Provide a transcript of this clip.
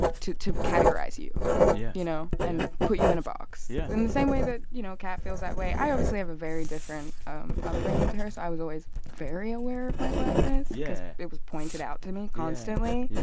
to to categorize you yeah you know? and put you in a box. yeah in the same way that, you know, kat feels that way i obviously have a very different um upbringing to her, so i was always very aware of my blackness because yeah it was pointed out to me constantly. yeah